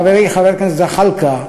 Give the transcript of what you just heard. חברי חבר הכנסת זחאלקה,